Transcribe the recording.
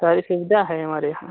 सारी सुविधा है हमारे यहाँ